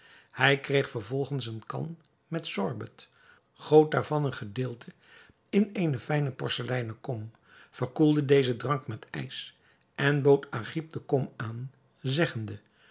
hij kreeg vervolgens eene kan met sorbet goot daarvan een gedeelte in eene fijne porceleinen kom verkoelde dezen drank met ijs en bood agib de kom aan zeggende